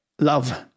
love